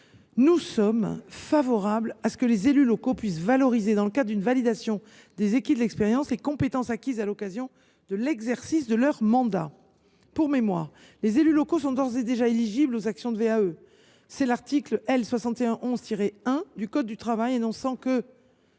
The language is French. est favorable à ce que les élus locaux puissent valoriser, dans le cadre d’une validation des acquis de l’expérience, les compétences acquises à l’occasion de l’exercice de leur mandat. Pour mémoire, les élus locaux sont d’ores et déjà éligibles aux actions de VAE, l’article L. 6111 1 du code du travail énonçant que